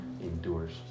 endures